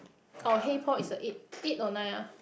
or hey Paul is a eight eight or nine ah